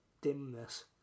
dimness